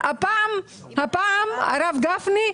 הפעם הרב גפני,